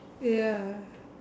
ya